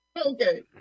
Okay